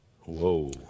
Whoa